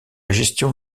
gestion